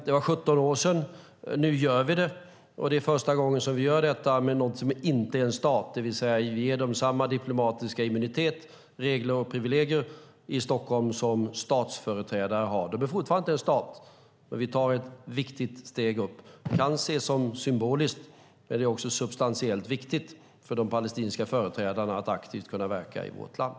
Det var 17 år sedan. Nu gör vi det, och det är första gången vi gör detta med någon som inte är en stat. Vi ger dem samma diplomatiska immunitet, regler och privilegier i Stockholm som statsföreträdare har. Palestina är fortfarande inte en stat, men vi tar ett viktigt steg upp. Det kan ses som symboliskt, men det är också substantiellt viktigt för de palestinska företrädarna att aktivt kunna verka i vårt land.